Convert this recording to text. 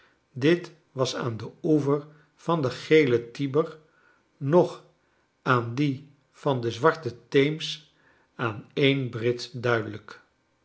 dit was aan den oever van den gelen tiber noch aan dien van den zwarten theems aan een brit duidelijk